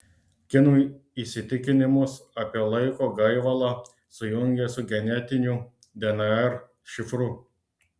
kinų įsitikinimus apie laiko gaivalą sujungė su genetiniu dnr šifru